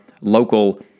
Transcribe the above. local